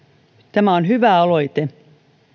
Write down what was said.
tämä on hyvä aloite